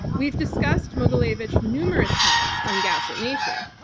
we've discussed mogilevich numerous times on gaslit nation.